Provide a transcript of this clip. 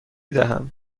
دهم